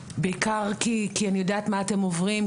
בעיקר כי אני יודעת מה אתם עוברים,